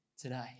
today